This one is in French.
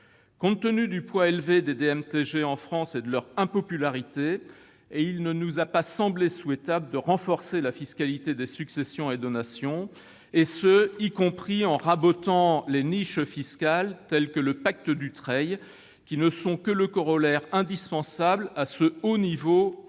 Compte tenu du poids élevé des DMTG en France et de leur impopularité, il ne nous a pas semblé souhaitable de renforcer la fiscalité des successions et donations, et ce y compris en rabotant les niches fiscales, telles que le « pacte Dutreil », qui ne sont que le corollaire indispensable au haut niveau global de